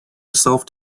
itself